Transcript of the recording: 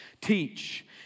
Teach